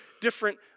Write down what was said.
different